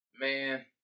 man